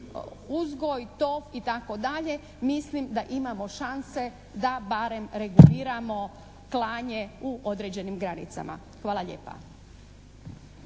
uzgoj, tov itd. mislim da imamo šanse da barem reguliramo klanje u određenim granicama. Hvala lijepa.